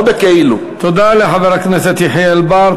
תודה לחבר הכנסת יחיאל בר.